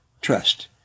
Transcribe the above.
trust